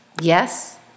Yes